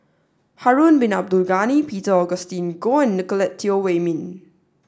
Harun Bin Abdul Ghani Peter Augustine Goh and Nicolette Teo Wei Min